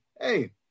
hey